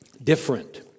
Different